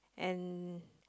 and